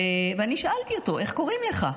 ואני שאלתי אותו: איך קוראים לך?